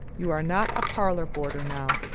you are not a parlor boarder now.